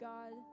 God